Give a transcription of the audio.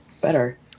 better